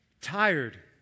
tired